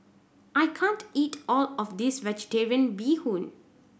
I can't eat all of this Vegetarian Bee Hoon